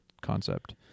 concept